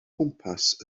gwmpas